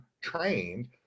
trained